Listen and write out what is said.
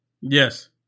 Yes